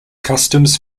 customs